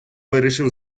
вирішив